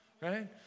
right